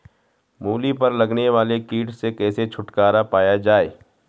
मूली पर लगने वाले कीट से कैसे छुटकारा पाया जाये?